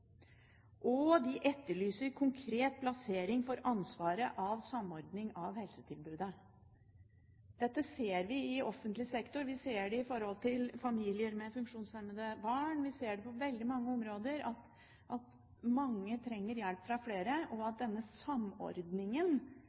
og de etterlyser konkret plassering av ansvaret for samordning av helsetilbudet. Dette ser vi i offentlig sektor, vi ser det når det gjelder familier med funksjonshemmede barn, og vi ser på veldig mange områder at mange trenger hjelp fra flere. Denne samordningen